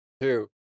two